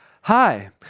Hi